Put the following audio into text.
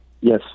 Yes